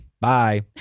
Bye